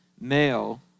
male